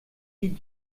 die